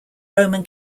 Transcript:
roman